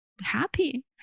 happy